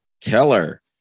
Keller